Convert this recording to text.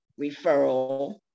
referral